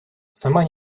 сама